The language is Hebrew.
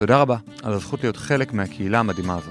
תודה רבה על הזכות להיות חלק מהקהילה המדהימה הזו